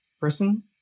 person